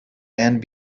and